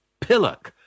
pillock